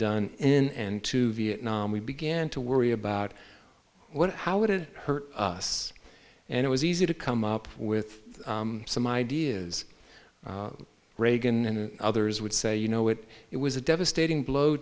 done and to vietnam we began to worry about what how would it hurt us and it was easy to come up with some ideas reagan and others would say you know it it was a devastating blow